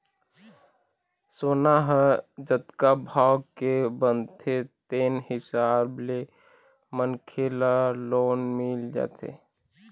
सोना ह जतका भाव के बनथे तेन हिसाब ले मनखे ल लोन मिल जाथे